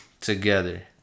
together